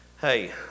Hey